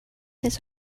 his